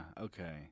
Okay